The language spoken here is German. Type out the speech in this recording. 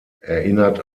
erinnert